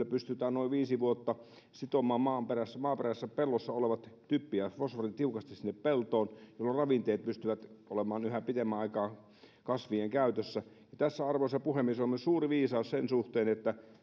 pystytään noin viisi vuotta sitomaan maaperässä maaperässä pellossa olevat typpi ja fosfori tiukasti sinne peltoon jolloin ravinteet pystyvät olemaan yhä pitemmän aikaa kasvien käytössä arvoisa puhemies tässä on suuri viisaus myös sen suhteen että